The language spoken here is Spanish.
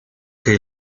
que